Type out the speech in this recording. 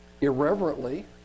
irreverently